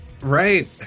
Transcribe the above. Right